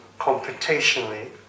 computationally